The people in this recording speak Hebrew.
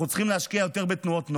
אנחנו צריכים להשקיע יותר בתנועות נוער,